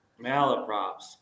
Malaprops